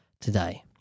today